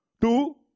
Two